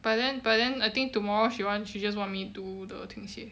but then but then I think tomorrow she want she just want me do the 听写